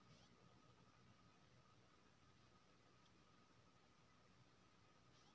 खरबूजा अट्ठारह सौ नब्बेमे अमेरिकामे व्यापारिक फसल बनि गेल